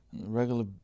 Regular